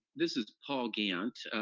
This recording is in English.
this is paul gant,